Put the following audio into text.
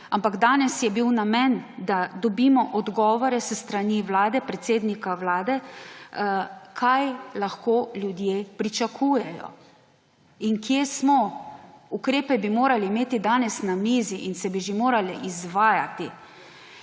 Ampak danes je bil namen, da dobimo odgovore s strani Vlade, predsednika Vlade, kaj lahko ljudje pričakujejo in kje smo. Ukrepe bi morali imeti danes na mizi in se bi že morali izvajati.